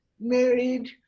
married